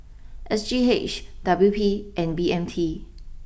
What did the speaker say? S G H W P and B M T